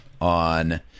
on